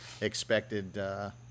expected